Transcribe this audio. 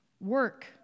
Work